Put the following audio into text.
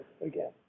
again